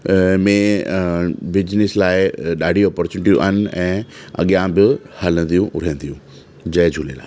में बिजनिस लाइ ॾाढी ऑपोर्चुनिटियूं आहिनि ऐं अॻियां बि हलंदियूं रहंदियूं जय झूलेलाल